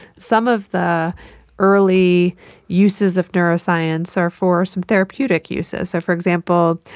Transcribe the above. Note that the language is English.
some of the early uses of neuroscience are for some therapeutic uses. so, for example,